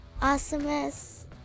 Awesomeness